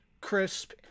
crisp